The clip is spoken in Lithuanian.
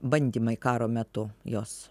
bandymai karo metu jos